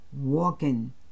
Walking